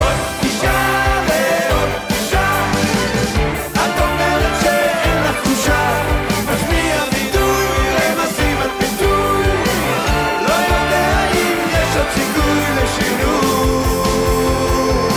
עוד פגישה, ועוד פגישה, את אומרת שאין לך תחושה, משמיע וידוי, רמזים על פיתוי, לא יודע אם יש עוד סיכוי לשינוי